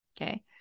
okay